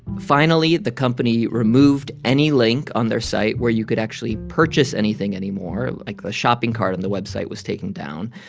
finally, the company removed any link on their site where you could actually purchase anything anymore. like, the shopping cart on the website was taken down.